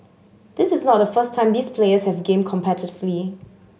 this is not the first time these players have gamed competitively